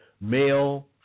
male